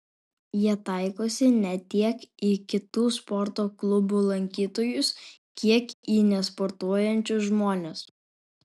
jie taikosi ne tiek į kitų sporto klubų lankytojus kiek į nesportuojančius žmones